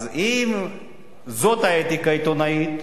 אז, אם זאת האתיקה העיתונאית,